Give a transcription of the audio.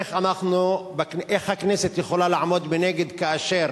איך הכנסת יכולה לעמוד מנגד כאשר